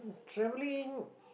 travelling